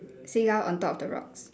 seagull on top of the rocks